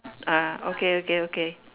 ah okay okay okay